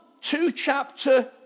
two-chapter